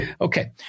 Okay